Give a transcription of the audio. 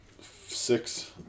Six